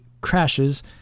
crashes